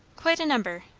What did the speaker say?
quite a number.